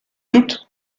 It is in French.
toutes